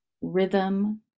rhythm